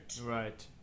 Right